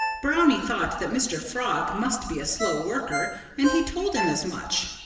brownie thought that mr. frog must be a slow worker and he told him as much.